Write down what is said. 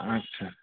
আচ্ছা